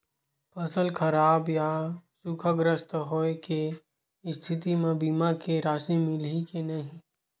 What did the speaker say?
फसल खराब या सूखाग्रस्त होय के स्थिति म बीमा के राशि मिलही के नही?